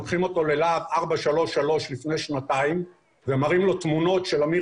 ולוקחים אותו ללה"ב 433 לפני שנתיים ומראים לו תמונות של אמיר